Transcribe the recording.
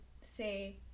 say